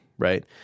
Right